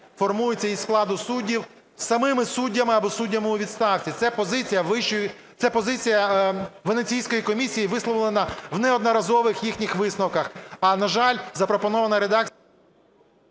формуються із складу суддів самими суддями або суддями у відставці. Це позиція Венеційської комісії, висловлена в неодноразових їхніх висновках, а, на жаль, запропонована редакція…